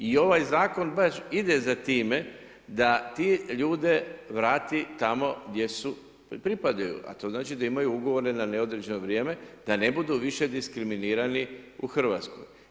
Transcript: I ovaj zakon baš ide za time da te ljude vrati tamo gdje pripadaju a to znači da imaju ugovore na neodređeno vrijeme, da ne budu više diskriminirani u Hrvatskoj.